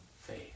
faith